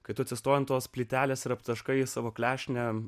kai tu atsistoji ant tos plytelės ir aptaškau savo klešnę